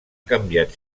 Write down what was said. canviat